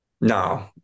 No